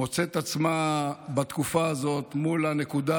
מוצאת את עצמה בתקופה הזו מול הנקודה